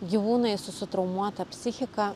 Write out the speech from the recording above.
gyvūnai su sutraumuota psichika